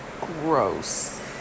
Gross